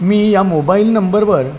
मी या मोबाईल नंबरवर